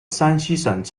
山西省